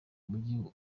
mujyi